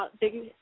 big